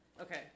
Okay